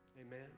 Amen